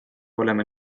olema